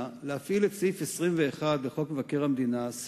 להפעיל את סעיף 21 לחוק מבקר המדינה,